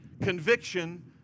Conviction